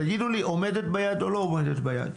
תגידו לי, עומדת ביעד או לא עומדת ביעד.